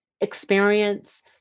experience